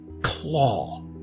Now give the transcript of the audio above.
claw